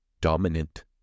dominant